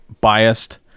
biased